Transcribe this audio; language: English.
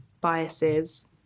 biases